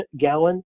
gallon